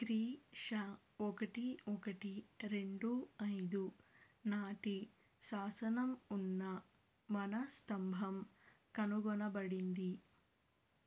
క్రీ శ ఒకటి ఒకటి రెండు ఐదు నాటి శాసనం ఉన్న మనస్తంభం కనుగొనబడింది